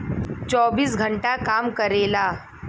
चौबीस घंटा काम करेला